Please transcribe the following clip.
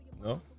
No